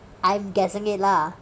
I'm guessing it lah